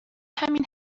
همین